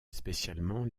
spécialement